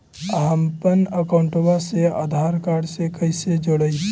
हमपन अकाउँटवा से आधार कार्ड से कइसे जोडैतै?